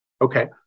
Okay